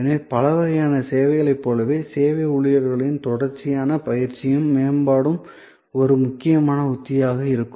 எனவே பல வகையான சேவைகளைப் போலவே சேவை ஊழியர்களின் தொடர்ச்சியான பயிற்சியும் மேம்பாடும் ஒரு முக்கியமான உத்தியாக இருக்கும்